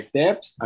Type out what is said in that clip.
tips